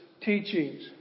teachings